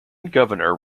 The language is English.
governor